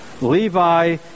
Levi